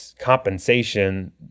compensation